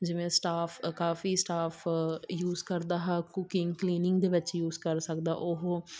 ਜਿਵੇਂ ਸਟਾਫ ਅ ਕਾਫੀ ਸਟਾਫ ਯੂਜ਼ ਕਰਦਾ ਆਹਾ ਕੁਕਿੰਗ ਕਲੀਨਿੰਗ ਦੇ ਵਿੱਚ ਯੂਜ਼ ਕਰ ਸਕਦਾ ਉਹ